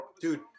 dude